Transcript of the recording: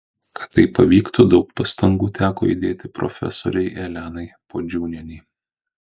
kad tai pavyktų daug pastangų teko įdėti profesorei elenai puodžiūnienei